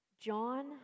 John